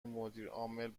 مدیرعامل